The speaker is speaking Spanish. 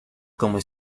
como